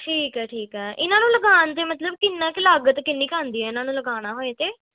ਠੀਕ ਹੈ ਠੀਕ ਹੈ ਇਹਨਾਂ ਨੂੰ ਲਗਾਉਣ ਦੇ ਮਤਲਬ ਕਿੰਨਾ ਕੁ ਲਾਗਤ ਕਿੰਨੀ ਕੁ ਆਉਂਦੀ ਹੈ ਇਨ੍ਹਾਂ ਨੂੰ ਲਗਾਉਣਾ ਹੋਏ ਤਾਂ